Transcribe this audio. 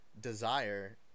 desire